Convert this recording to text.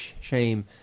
shame